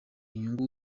inyungu